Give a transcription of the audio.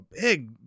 big